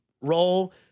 role